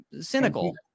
cynical